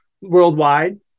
worldwide